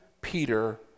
Peter